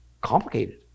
complicated